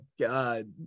God